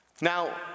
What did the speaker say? Now